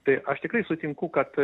tai aš tikrai sutinku kad